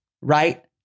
right